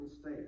state